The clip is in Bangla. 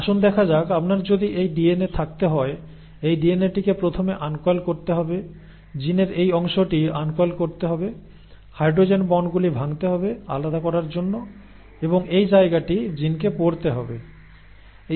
আসুন দেখা যাক আপনার যদি এই ডিএনএ থাকতে হয় এই ডিএনএটিকে প্রথমে আনকয়েল করতে হবে জিনের এই অংশটি আনকয়েল করতে হবে হাইড্রোজেন বন্ড গুলি ভাঙতে হবে আলাদা করার জন্য এবং এই জায়গাটি জিনকে পড়তে হবে